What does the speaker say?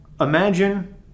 imagine